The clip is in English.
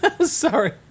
Sorry